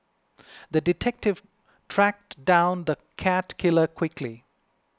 the detective tracked down the cat killer quickly